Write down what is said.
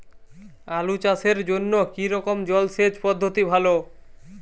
আলু চাষের জন্য কী রকম জলসেচ পদ্ধতি ভালো?